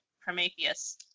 Prometheus